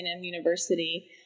University